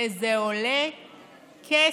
וזה עולה כסף,